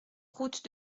route